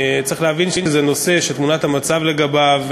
צריך להבין שזה נושא שתמונת המצב לגביו,